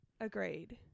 Agreed